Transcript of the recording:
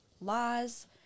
laws